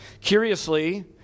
Curiously